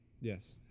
Yes